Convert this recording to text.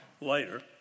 later